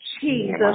Jesus